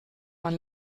man